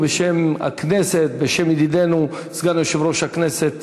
בשם הכנסת ובשם ידידנו סגן יושב-ראש הכנסת